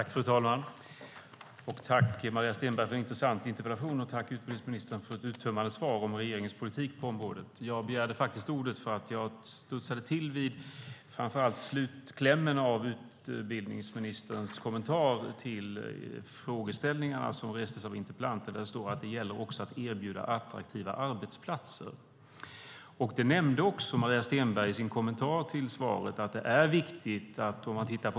Fru talman! Tack för en intressant interpellation, Maria Stenberg! Och tack för ett uttömmande svar om regeringens politik på området, utbildningsministern! Jag begärde ordet därför att jag studsade till vid slutklämmen i utbildningsministerns kommentar till frågeställningarna som restes av interpellanten. Där står det att det gäller också att erbjuda attraktiva arbetsplatser. Maria Stenberg nämnde också i sin kommentar till svaret att det är viktigt.